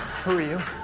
who are you?